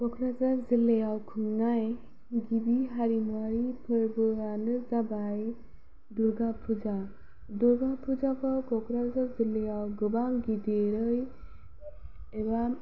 क'क्राझार जिल्लायाव खुंनाय गिबि हारिमुआरि फोरबोआनो जाबाय दुर्गा फुजा दुर्गा फुजाखौ क'क्राझार जिल्लायाव गोबां गिदिरै एबा